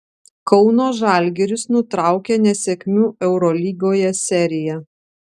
kauno žalgiris nutraukė nesėkmių eurolygoje seriją